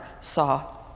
saw